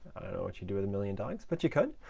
know what you'd do with a million dogs, but you could.